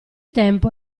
tempo